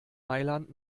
mailand